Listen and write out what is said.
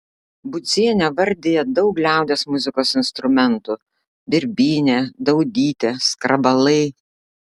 budzienė vardija daug liaudies muzikos instrumentų birbynė daudytė skrabalai